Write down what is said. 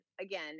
again